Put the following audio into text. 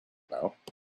about